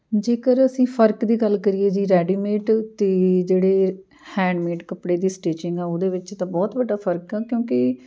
ਜੇਕਰ ਅਸੀਂ ਫ਼ਰਕ ਦੀ ਗੱਲ ਕਰੀਏ ਜੀ ਰੈਡੀਮੇਡ ਅਤੇ ਜਿਹੜੇ ਹੈਂਡਮੇਡ ਕੱਪੜੇ ਦੀ ਸਟਿਚਿੰਗ ਆ ਉਹਦੇ ਵਿੱਚ ਤਾਂ ਬਹੁਤ ਵੱਡਾ ਫ਼ਰਕ ਆ ਕਿਉਂਕਿ